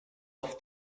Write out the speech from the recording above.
off